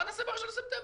מה נעשה בראשון בספטמבר?